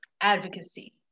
advocacy